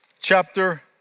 chapter